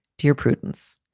dear prudence,